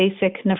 basic